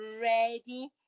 ready